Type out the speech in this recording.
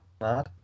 Mad